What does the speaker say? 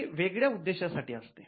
हे वेगळ्या उद्देशासाठी असते